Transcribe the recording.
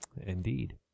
indeed